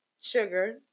sugar